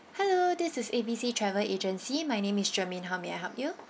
hello this is A B C travel agency my name is germaine how may I help you